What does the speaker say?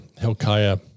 Hilkiah